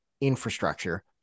infrastructure